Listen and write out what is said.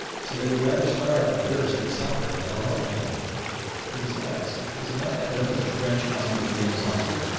so they would rather starve and thirst and suffer until help came and besides, was it not evident that the french must be nearly exhausted?